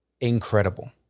incredible